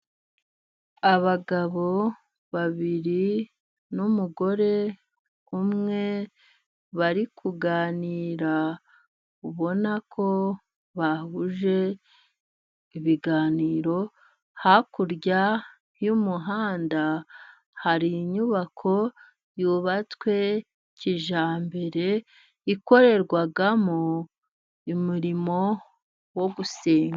Abagabo babiri, n'umugore umwe bari kuganira, ubona ko bahuje ibiganiro, hakurya y'umuhanda hari inyubako yubatswe kijyambere ikorerwamo umurimo wo gusenga.